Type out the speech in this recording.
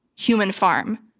human farm.